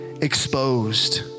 exposed